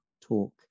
talk